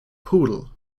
poodle